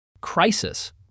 Crisis